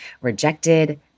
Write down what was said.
rejected